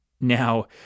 Now